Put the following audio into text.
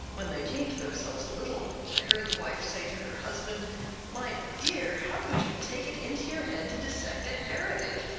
when they came to themselves a little, i heard the wife say to her husband my dear, how could you take it into your head to dissect a heretic?